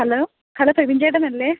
hello hello Febin ചേട്ടനല്ലേ